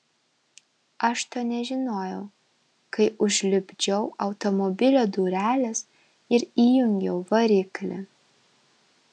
aš to nežinojau kai užlipdžiau automobilio dureles ir įjungiau variklį